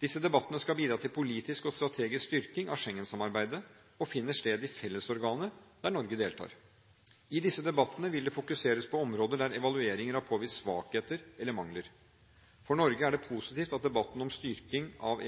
Disse debattene skal bidra til politisk og strategisk styrking av Schengen-samarbeidet og finner sted i Fellesorganet, der Norge deltar. I disse debattene vil det fokuseres på områder der evalueringer har påvist svakheter eller mangler. For Norge er det positivt at debatten om styring av